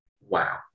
wow